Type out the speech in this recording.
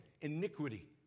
iniquity